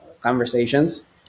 conversations